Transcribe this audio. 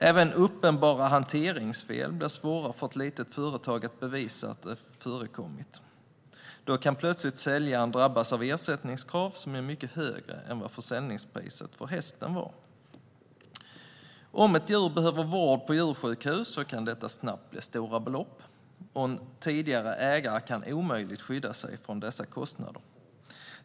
Även uppenbara hanteringsfel blir svåra för ett litet företag att bevisa att de förekommit. Då kan plötsligt säljaren drabbas av ersättningskrav som är mycket högre än vad försäljningspriset för hästen var. Om ett djur behöver vård på djursjukhus så kan detta snabbt bli stora belopp och den tidigare ägaren kan omöjligt skydda sig från dessa kostnader.